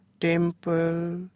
temple